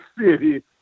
city